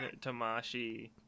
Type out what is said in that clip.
Tamashi